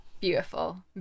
beautiful